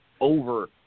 over